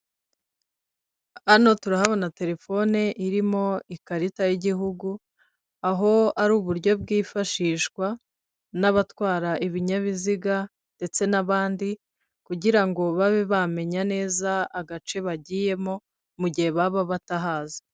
Hano turahabona telefone irimo ikarita y'igihugu, aho ari uburyo bwifashishwa n'abatwara ibinyabiziga ndetse n'abandi kugira ngo babe bamenya neza agace bagiyemo, mu gihe baba batahazi.